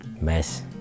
mess